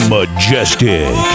Majestic